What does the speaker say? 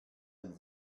ein